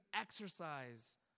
exercise